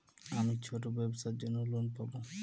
আমি ছোট ব্যবসার জন্য লোন পাব?